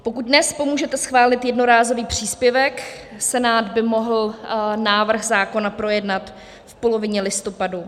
Pokud dnes pomůžete schválit jednorázový příspěvek, Senát by mohl návrh zákona projednat v polovině listopadu.